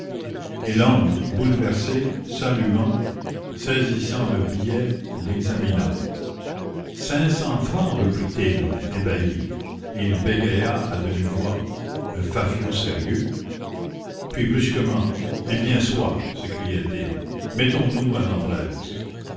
et l'homme bouleversé saluant saisissant le billet l'examina cinq cents francs reprit-il ébahi et il bégaya à demi-voix un fafiot sérieux puis brusquement eh bien soit s'écria-t-il mettons-nous à notre aise